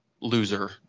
loser